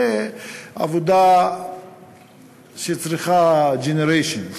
זו עבודה שצריכה generations,